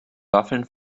waffeln